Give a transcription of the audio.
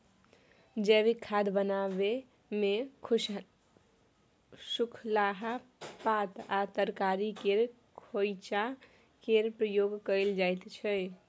जैबिक खाद बनाबै मे सुखलाहा पात आ तरकारी केर खोंइचा केर प्रयोग कएल जाइत छै